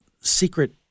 secret